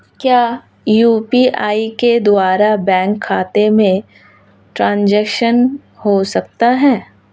क्या यू.पी.आई के द्वारा बैंक खाते में ट्रैन्ज़ैक्शन हो सकता है?